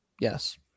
Yes